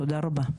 תודה רבה.